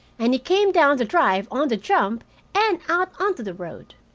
and he came down the drive on the jump and out onto the road.